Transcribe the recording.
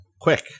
Quick